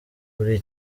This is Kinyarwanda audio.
buri